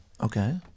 Okay